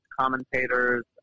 commentators